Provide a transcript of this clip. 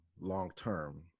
long-term